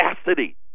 capacity